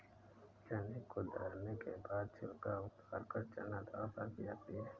चने को दरने के बाद छिलका उतारकर चना दाल प्राप्त की जाती है